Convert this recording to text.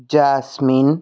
jasmine